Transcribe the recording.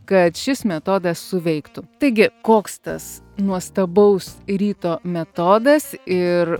kad šis metodas suveiktų taigi koks tas nuostabaus ryto metodas ir